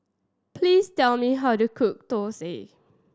please tell me how to cook dosa